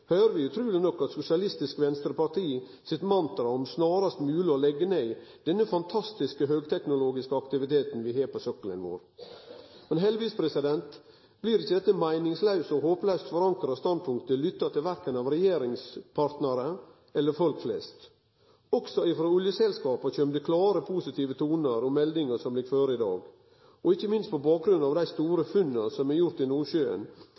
høyrer vi utruleg nok SV sitt mantra om snarast mogleg å leggje ned denne fantastiske høgteknologiske aktiviteten vi har på sokkelen vår. Men heldigvis blir ikkje dette meiningslause og håplaust forankra standpunktet lytta til verken av regjeringspartnarane eller folk flest. Også frå oljeselskapa kjem det klare positive tonar om meldinga som ligg føre i dag, ikkje minst på bakgrunn av dei store funna som er gjorde i Nordsjøen,